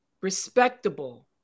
respectable